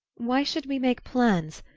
why should we make plans?